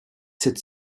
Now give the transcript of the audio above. sept